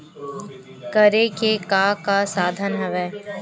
करे के का का साधन हवय?